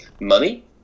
Money